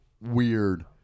weird